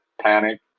panic